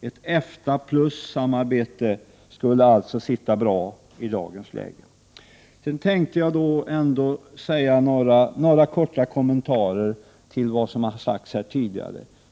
Ett EFTA-plussamarbete skulle alltså sitta bra i dagens läge. Jag tänkte något kommentera det som har sagts här tidigare.